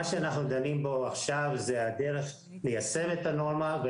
אנחנו דנים עכשיו על הדרך ליישם את הנורמה,